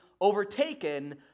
overtaken